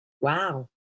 Wow